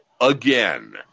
again